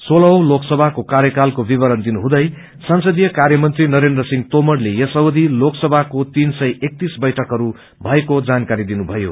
सोलह औ लोकसभाको कार्यकालको विवरण दिनुहुँदै संसदीय कार्यमंत्री नरेनसिंह तेमरले यस अवधि लोकसमाको तीन सय एकतीस बैठकहरू भएको जानकारी दिनुभयो